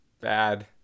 bad